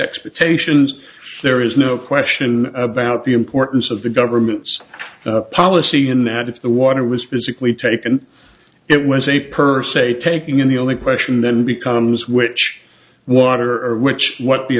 expectations there is no question about the importance of the government's policy in that if the water was physically taken it was a purse a taking in the only question then becomes which water or which what the